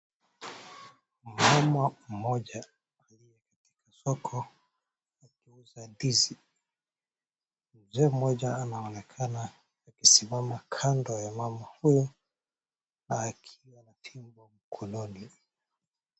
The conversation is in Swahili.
Mama mmoja aliyekatika soko akiuza ndizi. Mzee mmoja anaonekana akisimama kando ya mama huyu akiwa na fimbo mkononi.